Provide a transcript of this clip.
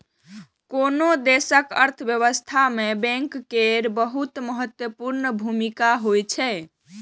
कोनो देशक अर्थव्यवस्था मे बैंक केर बहुत महत्वपूर्ण भूमिका होइ छै